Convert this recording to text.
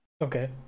Okay